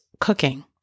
cooking